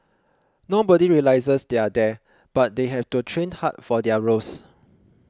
nobody realises they're there but they have to train hard for their roles